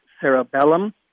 cerebellum